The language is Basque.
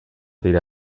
dira